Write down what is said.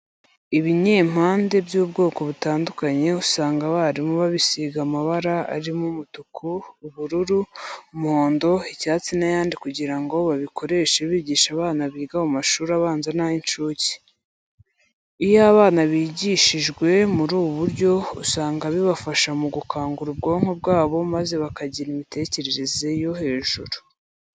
Ibinyampande by'ubwoko butandukanye usanga abarimu babisiga amabara arimo umutuku, ubururu, umuhondo, icyatsi n'ayandi kugira ngo babikoreshe bigisha abana biga mu mashuri abanza n'ay'incuke. Iyo abana bigishijwe muri ubu buryo, usanga bibafasha mu gukangura ubwonko bwabo maze bakagira imitekerereze yo hejuru.